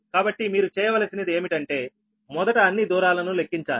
కాబట్టి మీరు చేయవలసినది ఏమిటంటే మొదట అన్ని దూరాలను లెక్కించాలి